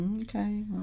Okay